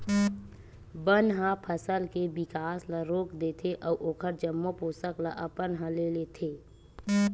बन ह फसल के बिकास ल रोक देथे अउ ओखर जम्मो पोसक ल अपन ह ले लेथे